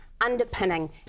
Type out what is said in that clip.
underpinning